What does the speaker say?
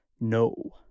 no